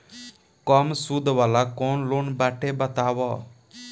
कम सूद वाला कौन लोन बाटे बताव?